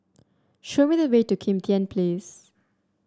show me the way to Kim Tian Place